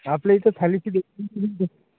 आपल्या इथे थालीपीठ